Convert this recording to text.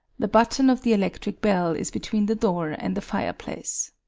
the button of the electric bell is between the door and the fireplace.